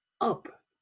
up